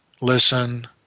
listen